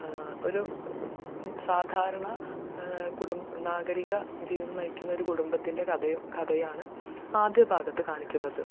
ഒരു സാധാരണ നാഗരിക ജീവിതം നയിക്കുന്നൊരു കുടുംബത്തിൻ്റെ കഥയും കഥയാണ് ആദ്യ ഭാഗത്ത് കാണിക്കുന്നത്